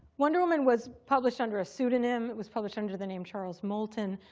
wonder woman was published under a pseudonym. it was published under the name charles moulton.